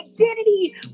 identity